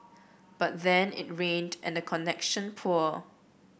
but then it rained and the connection poor